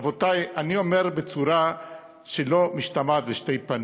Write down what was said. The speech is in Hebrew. רבותי, אני אומר בצורה שאינה משתמעת לשתי פנים: